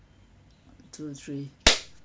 two three